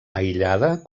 aïllada